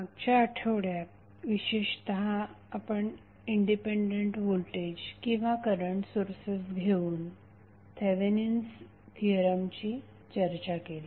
मागच्या आठवड्यात विशेषतः आपण इंडिपेंडेंट व्होल्टेज किंवा करंट सोर्सेस घेऊन थेवेनिन्स थिअरमची चर्चा केली